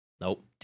Nope